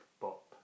bop